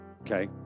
okay